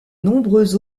nombreux